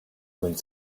wind